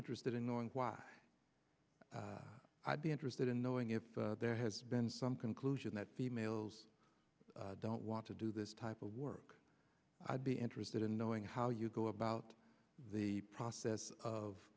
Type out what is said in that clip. interested in knowing why i'd be interested in knowing if there has been some conclusion that the males don't want to do this type of work i'd be interested in knowing how you go about the process of